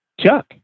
Chuck